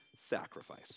sacrifice